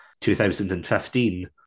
2015